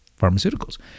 pharmaceuticals